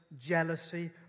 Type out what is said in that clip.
jealousy